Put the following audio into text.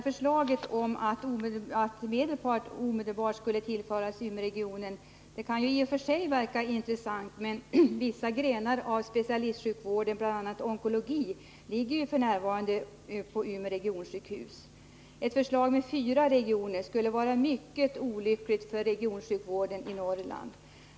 Förslaget att Medelpad omedelbart skulle tillföras Umeåregionen kan i och för sig verka intressant, men vissa grenar av specialistsjukvården, bl.a. onkologi, ligger f. n. på Umeå regionsjukhus. Ett förslag med fyra regioner skulle vara mycket olyckligt för regionsjukvården i Norrland.